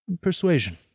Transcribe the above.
persuasion